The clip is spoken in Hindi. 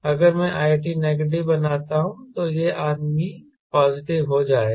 अगर मैं it नेगेटिव बनाता हूं तो यह आदमी पॉजिटिव हो जाएगा